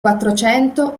quattrocento